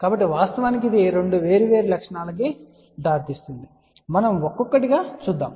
కాబట్టి వాస్తవానికి ఇది రెండు వేర్వేరు లక్షణాలకు దారితీస్తుంది మనం ఒక్కొక్కటిగా చూస్తాము